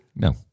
No